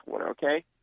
okay